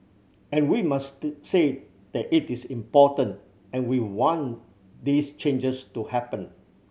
and we must say that it is important and we want these changes to happen